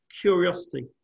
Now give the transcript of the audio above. curiosity